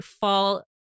fall